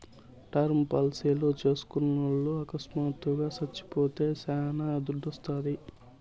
term పాలసీలు చేస్కున్నోల్లు అకస్మాత్తుగా సచ్చిపోతే శానా దుడ్డోస్తాది